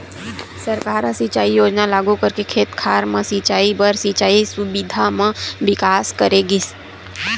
सरकार ह सिंचई योजना लागू करके खेत खार म सिंचई बर सिंचई सुबिधा म बिकास करे गिस